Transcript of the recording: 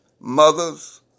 mothers